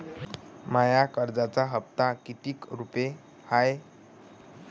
माया कर्जाचा हप्ता कितीक रुपये हाय?